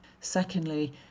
Secondly